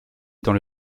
dans